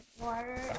water